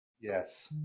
Yes